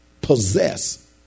possess